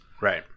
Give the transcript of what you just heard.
Right